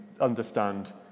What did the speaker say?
understand